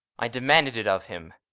i demanded it of him.